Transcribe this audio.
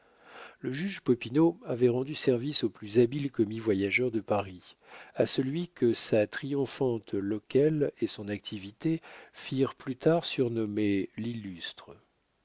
le juge popinot avait rendu service au plus habile commis-voyageur de paris à celui que sa triomphante loquèle et son activité firent plus tard surnommer l'illustre